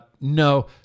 No